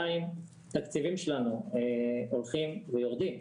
דבר שני, התקציבים שלנו הולכים ויורדים.